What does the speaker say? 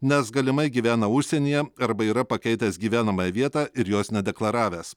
nes galimai gyvena užsienyje arba yra pakeitęs gyvenamąją vietą ir jos nedeklaravęs